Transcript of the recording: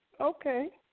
okay